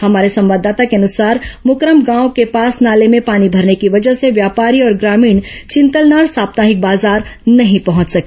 हमारे संवाददाता के अनुसार मुकरम गांव के पास नाले में पानी भरने की वजह से व्यापारी और ग्रामीण चिंतलनार साप्ताहिक बाजार नहीं पहुंच सके